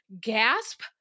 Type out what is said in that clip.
gasp